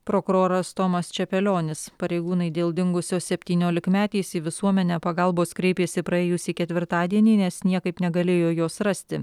prokuroras tomas čepelionis pareigūnai dėl dingusios septyniolikmetės į visuomenę pagalbos kreipėsi praėjusį ketvirtadienį nes niekaip negalėjo jos rasti